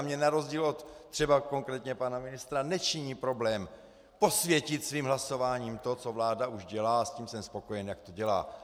Mně na rozdíl od třeba konkrétně pana ministra nečiní problém posvětit svým hlasováním to, co vláda už dělá a s čím jsem spokojen, jak to dělá.